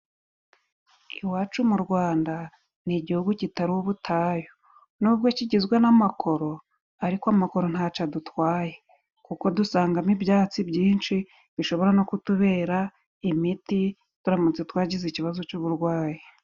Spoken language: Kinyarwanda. Iwacu mu Rwanda ni igihugu kitari ubutayu, n'ubwo kigizwe n'amakoro ariko amakoro ntaco adutwaye kuko dusangamo ibyatsi byinshi bishobora no kutubera imiti turamutse twagize ikibazo c'uburwayi.